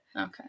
Okay